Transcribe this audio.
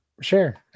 Sure